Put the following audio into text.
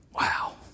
Wow